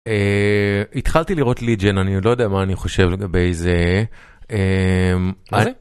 התחלתי לראות legion אני עוד לא יודע מה אני חושב לגבי זה.